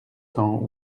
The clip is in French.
temps